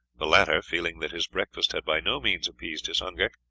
the latter, feeling that his breakfast had by no means appeased his hunger,